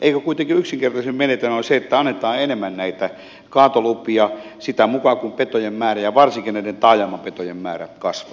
eikö kuitenkin yksinkertaisin menetelmä ole se että annetaan enemmän näitä kaatolupia sitä mukaa kuin petojen määrä ja varsinkin näiden taajamapetojen määrä kasvaa